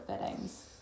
fittings